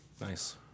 Nice